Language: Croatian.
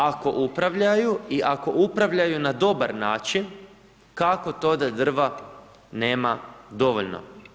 Ako upravljaju i ako upravljaju na dobar način kako to da drva nema dovoljno?